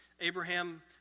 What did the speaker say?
Abraham